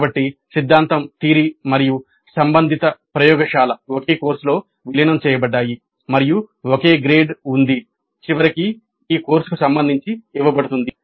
కాబట్టి సిద్ధాంతం మరియు సంబంధిత ప్రయోగశాల ఒకే కోర్సులో విలీనం చేయబడ్డాయి మరియు ఒకే గ్రేడ్ ఉంది చివరికి ఈ కోర్సుకు సంబంధించి ఇవ్వబడుతుంది